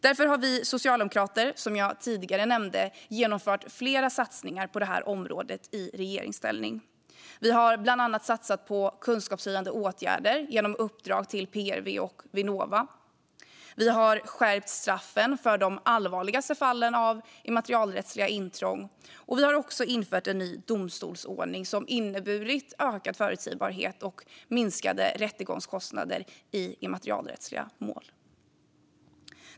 Därför har vi socialdemokrater som jag tidigare nämnde genomfört flera satsningar på det här området i regeringsställning. Vi har bland annat satsat på kunskapshöjande åtgärder genom uppdrag till PRV och Vinnova. Vi har skärpt straffen för de allvarligaste fallen av immaterialrättsintrång, och vi har infört en ny domstolsordning som inneburit ökad förutsägbarhet och minskade rättegångskostnader i immaterialrättsliga mål.